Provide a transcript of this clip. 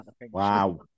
wow